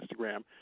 Instagram